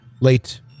late